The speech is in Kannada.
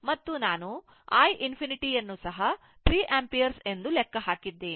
ಮತ್ತು ನಾನು i ∞ ಅನ್ನು ಸಹ 3 ampere ಎಂದು ಲೆಕ್ಕ ಹಾಕಿದ್ದೇನೆ